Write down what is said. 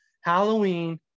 Halloween